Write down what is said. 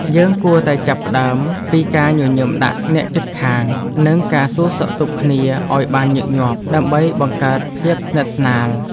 យើងគួរតែចាប់ផ្ដើមពីការញញឹមដាក់អ្នកជិតខាង និងការសួរសុខទុក្ខគ្នាឱ្យបានញឹកញាប់ ដើម្បីបង្កើតភាពស្និទ្ធស្នាល។